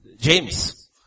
James